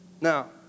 Now